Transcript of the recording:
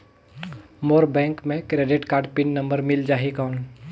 मोर bank मे credit card pin number मिल जाहि कौन?